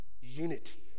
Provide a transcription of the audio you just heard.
unity